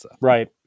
right